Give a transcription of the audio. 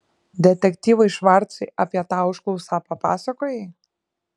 detektyvui švarcui apie tą užklausą papasakojai